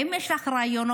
האם יש לך רעיונות?